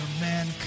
Man